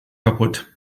kaputt